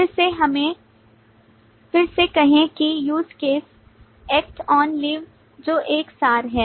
फिर से कहें कि use case act on leave 'जो एक सार है